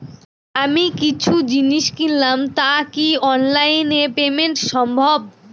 আমি কিছু জিনিস কিনলাম টা কি অনলাইন এ পেমেন্ট সম্বভ?